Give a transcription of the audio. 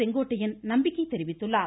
செங்கோட்டையன் நம்பிக்கை தெரிவித்துள்ளார்